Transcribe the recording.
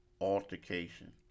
altercation